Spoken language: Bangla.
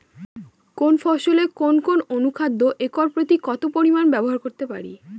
কোন ফসলে কোন কোন অনুখাদ্য একর প্রতি কত পরিমান ব্যবহার করতে পারি?